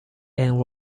and